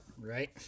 Right